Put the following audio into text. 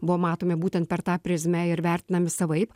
buvo matomi būtent per tą prizmę ir vertinami savaip